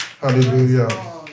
hallelujah